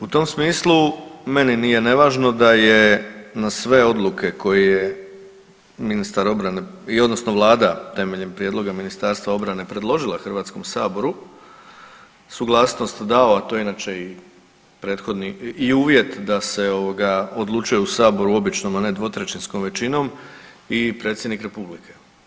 U tom smislu meni nije nevažno da je na sve odluke koje je ministar obrane odnosno Vlada temeljem prijedlog Ministarstva obrane predložila HS-u suglasnost dao, a to inače i prethodni i uvjet da se odlučuje u Saboru običnom, a ne dvotrećinskom većinom i predsjednik Republike.